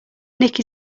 nick